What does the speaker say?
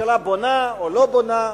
הממשלה בונה או לא בונה,